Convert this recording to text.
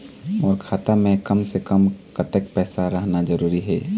मोर खाता मे कम से से कम कतेक पैसा रहना जरूरी हे?